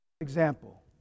example